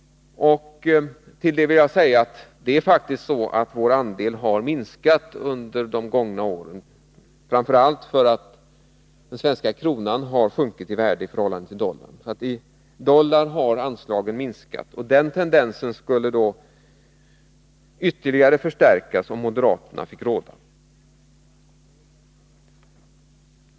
Jag vill dock peka på att vår andel faktiskt har minskat under de gångna åren, framför allt beroende på att den svenska kronan har sjunkit i värde i förhållande till dollarn. I dollar räknat har anslagen minskat. Den tendensen skulle ytterligare förstärkas, om moderaterna fick råda.